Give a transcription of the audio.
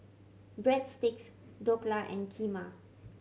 Breadsticks Dhokla and Kheema